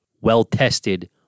well-tested